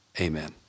Amen